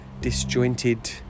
disjointed